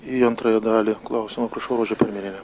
į antrąją dalį klausimo prašau rožė perminienė